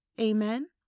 amen